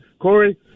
Corey